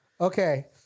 Okay